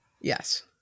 yes